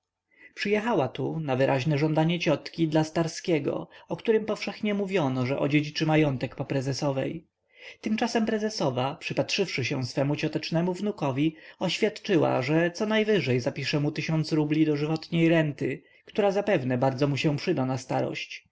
przyjechała tu na wyraźne żądanie ciotki dla starskiego o którym powszechnie mówiono że odziedziczy majątek po prezesowej tymczasem prezesowa przypatrzywszy się swemu ciotecznemu wnukowi oświadczyła że conajwyżej zapisze mu tysiąc rubli dożywotniej renty która zapewne bardzo mu się przyda na starość